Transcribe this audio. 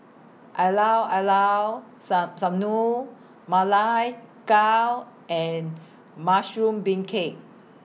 Iiao Liao Sun Sanum Ma Lai Gao and Mushroom Beancurd